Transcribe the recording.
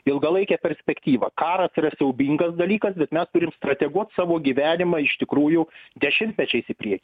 ilgalaikę perspektyvą karas siaubingas dalykas bet mes turim strateguot savo gyvenimą iš tikrųjų dešimtmečiais į priekį